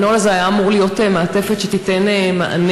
והנוהל הזה היה אמור להיות מעטפת שתיתן מענה,